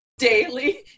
daily